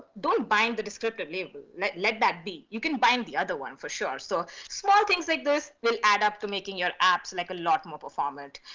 don't bind the descriptive label, let let that be, you can bind the other one for sure, so smart things like these will add up to making your apps like a lot mobile format,